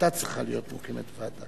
היתה צריכה להיות מוקמת ועדה.